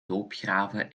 loopgraven